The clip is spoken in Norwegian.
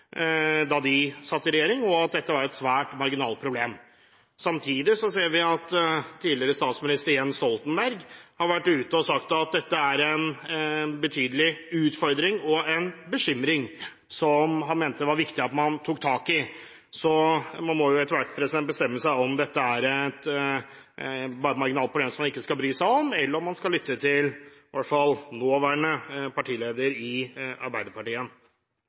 da de satt i regjering, og at dette var et svært marginalt problem. Samtidig ser vi at tidligere statsminister Jens Stoltenberg har sagt at dette er en betydelig utfordring og en bekymring, som han mente det var viktig at man tok tak i. Man må etter hvert bestemme seg for om dette bare er et marginalt problem som man ikke skal bry seg om, eller om man skal lytte til nåværende partileder i Arbeiderpartiet,